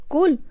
Cool